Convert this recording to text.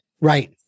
Right